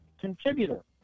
contributor